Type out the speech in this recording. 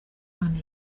amahane